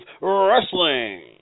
Wrestling